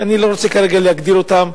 ואני לא רוצה כרגע להגדיר אותם,